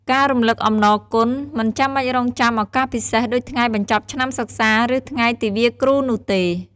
ការ រំលឹកអំណរគុណ មិនចាំបាច់រង់ចាំឱកាសពិសេសដូចថ្ងៃបញ្ចប់ឆ្នាំសិក្សា ឬថ្ងៃទិវាគ្រូនោះទេ។